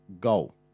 goal